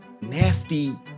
nasty